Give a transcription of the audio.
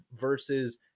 versus